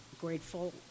grateful